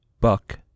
Buck